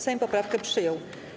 Sejm poprawkę przyjął.